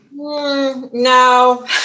No